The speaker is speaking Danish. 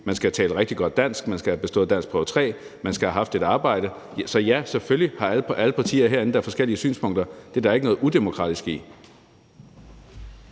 man skal tale rigtig godt dansk, at man skal have bestået danskprøve 3, og at man skal have haft et arbejde. Så ja, selvfølgelig har alle partier herinde da forskellige synspunkter. Det er der ikke noget udemokratisk i.